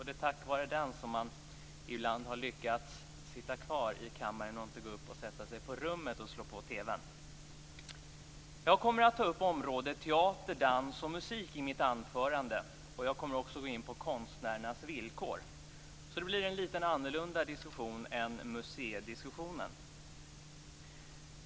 Det är tack vare den som man ibland har lyckats att sitta kvar i kammaren i stället för att gå upp på rummet och slå på TV:n. Jag kommer att ta upp området teater, dans och musik i mitt anförande. Jag kommer också att gå in på konstnärernas villkor, så det blir en lite annorlunda diskussion än museidiskussionen.